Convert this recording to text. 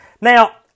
Now